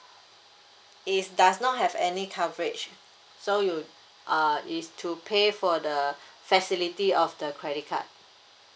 it does not have any coverage so you uh is to pay for the facility of the credit card